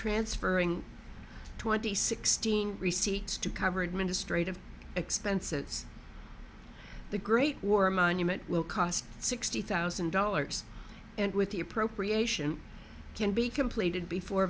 transferring twenty sixteen receipts to cover administrative expenses the great war monument will cost sixty thousand dollars and with the appropriation can be completed before